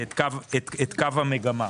את קו המגמה.